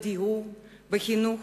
בדיור, בחינוך